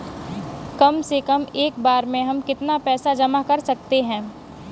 कम से कम एक बार में हम कितना पैसा जमा कर सकते हैं?